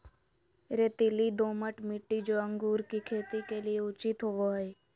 रेतीली, दोमट मिट्टी, जो अंगूर की खेती के लिए उचित होवो हइ